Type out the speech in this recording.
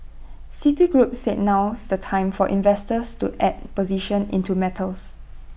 citigroup said now's the time for investors to add positions into metals